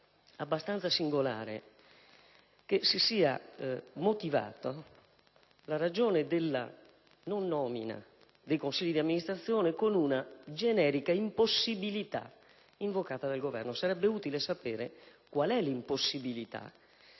abbastanza singolare che si sia motivata la mancata nomina dei Consigli di amministrazione con una generica impossibilità invocata dal Governo: sarebbe utile sapere qual è l'impossibilità